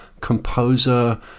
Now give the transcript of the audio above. composer